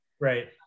Right